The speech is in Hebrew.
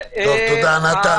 תודה נתן.